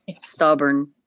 stubborn